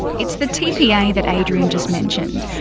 it's the tpa that adrian just mentioned,